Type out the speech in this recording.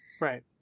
Right